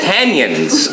Canyons